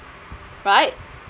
right